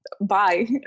bye